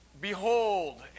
Behold